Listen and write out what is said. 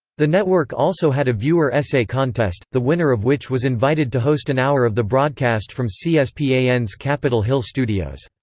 the network also had a viewer essay contest, the winner of which was invited to host an hour of the broadcast from c-span's capitol hill studios.